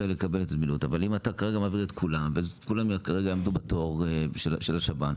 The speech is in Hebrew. אבל אם אתה כרגע מעביר את כולם וכולם יעמדו בתור של השב"ן,